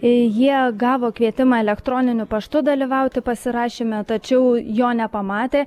jie gavo kvietimą elektroniniu paštu dalyvauti pasirašyme tačiau jo nepamatė